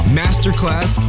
masterclass